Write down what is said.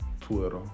Twitter